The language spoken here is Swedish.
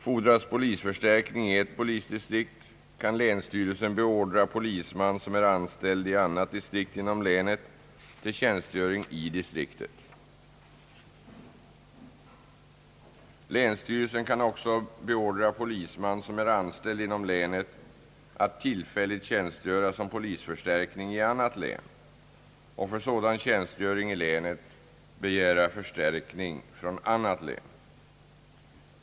Fordras polisförstärkning i ett polisdistrikt, kan länsstyrelsen beordra polisman som är anställd i annat distrikt inom länet till tjänstgöring i distriktet. Länsstyrelsen kan också beordra polisman som är anställd inom länet att tillfälligt tjänstgöra som polisförstärkning i annat län och för sådan tjänstgöring i länet begära polisförstärkning från annat län.